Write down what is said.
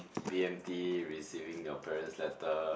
B_M_T receiving your parents letter